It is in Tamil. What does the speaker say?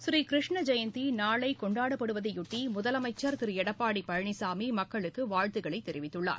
ஸ்ரீ கிருஷ்ண ஜெயந்தி நாளை கொண்டாடப்படுவதைபொட்டி முதலமைச்சர் திரு எடப்பாடி பழனிசாமி மக்குளுக்கு வாழ்த்துக்களை தெரிவித்துள்ளார்